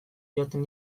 joaten